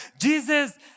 Jesus